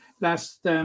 last